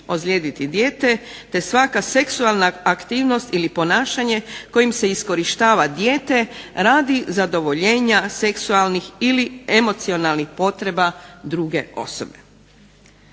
ozlijediti dijete te svaka seksualna aktivnost ili ponašanje kojim se iskorištava dijete radi zadovoljenja seksualnih ili emocionalnih potreba druge osobe.